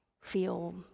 feel